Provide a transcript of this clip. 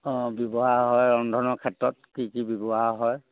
অঁ ব্যৱহাৰ হয় ৰন্ধনৰ ক্ষেত্ৰত কি কি ব্যৱহাৰ হয়